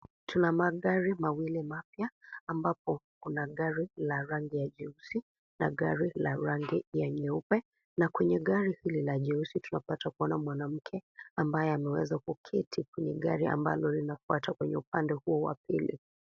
Tuna magari mawili mapya ambapo kuna gari la rangi ya jeusi na gari la rangi ya nyeupe, na kwenye gari hili la rangi ya jeusi tunapata kuona mwanamke ambaye ameweza kuketi kwenye gari ambalo linalofuata kwenye upande huo wapili.